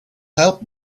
help